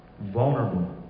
vulnerable